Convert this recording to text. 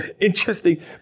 interesting